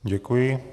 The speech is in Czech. Děkuji.